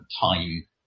time